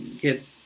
get